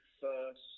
first